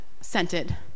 scented